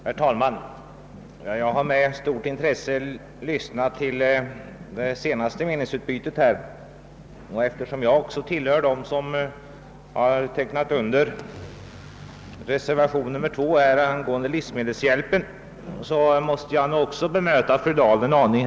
Herr talman! Jag har med stort intresse lyssnat till det senaste meningsutbytet, och eftersom också jag tillhör dem som har undertecknat reservation 2 angående livsmedelshjälpen måste jag något bemöta fru Dahl.